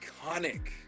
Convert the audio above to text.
iconic